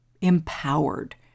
empowered